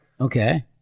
Okay